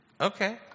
okay